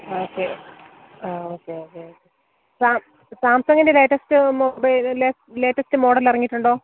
okay ആ okay okay സാംസങ്ങിന്റെ latest mobile latest model ഇറങ്ങിയിട്ടുണ്ടോ